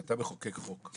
כשאתה מחוקק חוק,